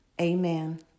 Amen